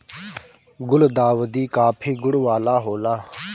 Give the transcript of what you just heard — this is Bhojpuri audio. गुलदाउदी काफी गुण वाला होला